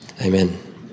Amen